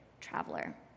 traveler